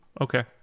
okay